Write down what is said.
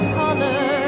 colors